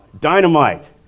dynamite